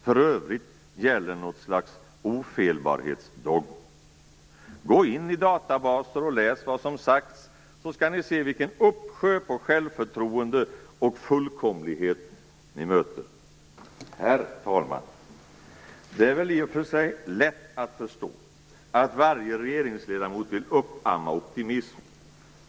För övrigt gäller något slags ofelbarhetsdogm. Gå in i databaser och läs vad som har sagts, så skall ni se vilken uppsjö på självförtroende och fullkomlighet ni möter. Herr talman! Det är väl i och för sig lätt att förstå att varje regeringsledamot vill uppamma optimism.